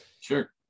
sure